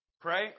Pray